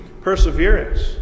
perseverance